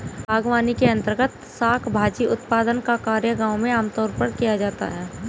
बागवानी के अंर्तगत शाक भाजी उत्पादन का कार्य गांव में आमतौर पर किया जाता है